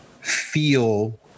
feel